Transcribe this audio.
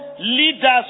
Leaders